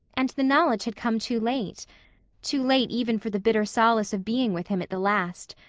and the knowledge had come too late too late even for the bitter solace of being with him at the last.